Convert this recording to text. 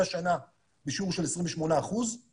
ישבתי עם איתן ואנשיו במצגות מפורטות, נכנסנו לכל